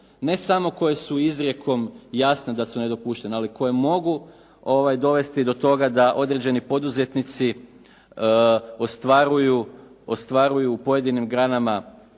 ne samo koje su izrijekom jasno da su nedopuštene, ali koje mogu dovesti do toga da određeni poduzetnici ostvaruju u pojedinim granama